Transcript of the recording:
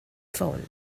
phone